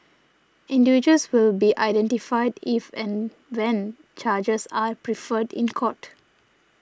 individuals will be identified if and when charges are preferred in court